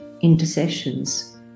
intercessions